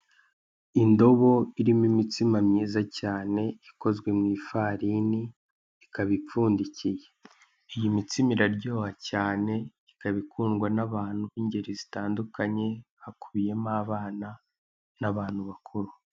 Indobo irimo imitsima myiza cyane ikozwe mu ifarine ikaba ipfundikiye, iyi mitsima iraryoha cyane, ikaba ikundwa n'abantu b'ingeri zitandukanye hakubiyemo abana n'abantu bakuru.